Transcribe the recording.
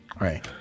right